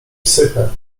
psyche